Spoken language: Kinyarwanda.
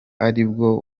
aribwo